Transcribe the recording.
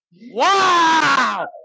Wow